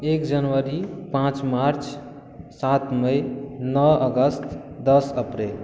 एक जनवरी पाँच मार्च सात मई नओ अगस्त दस अप्रैल